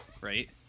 right